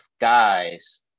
guys